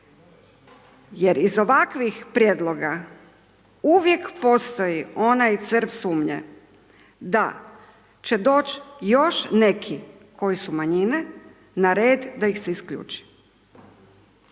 jer iz ovakvih prijedloga uvijek postoji onaj crv sumnje da će doć još neki, koji su manjine na red da ih se isključi,